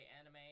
anime